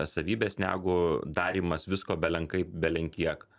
savybės negu darymas visko belenkaip belenkiek